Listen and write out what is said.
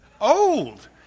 old